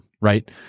right